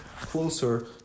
closer